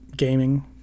Gaming